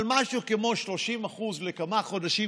אבל כן משהו כמו 30% לכמה חודשים,